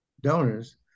donors